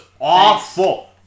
awful